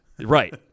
Right